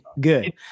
Good